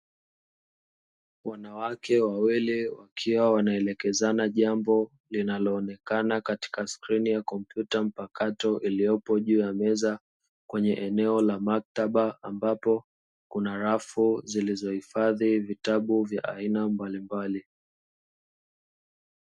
Wanawake wawili wakiwa wanaelekezana jambo linaloonekana katika skrini ya kompyuta mpakato iliyopo juu ya meza, kwenye eneo la maktaba ambapo kuna rafu zinazohifadhi vitabu vya aina mbalimbali.